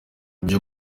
byo